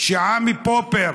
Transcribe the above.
כשעמי פופר